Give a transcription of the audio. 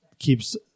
Keeps